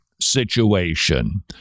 situation